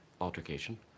altercation